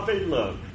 love